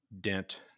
dent